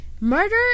Murder